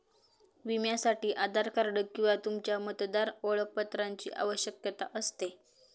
विम्यासाठी आधार कार्ड किंवा तुमच्या मतदार ओळखपत्राची आवश्यकता असते